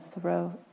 throat